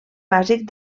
bàsic